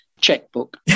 checkbook